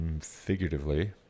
figuratively